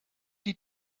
die